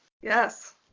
Yes